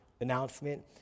announcement